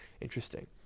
Interesting